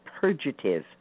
purgative